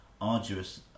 arduous